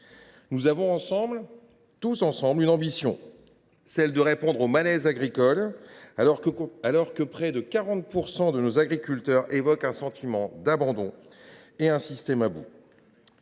Nous avons ensemble, tous ensemble, l’ambition de répondre au malaise agricole, alors que près de 40 % d’entre eux évoquent un sentiment d’abandon et un système à bout.